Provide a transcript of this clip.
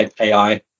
AI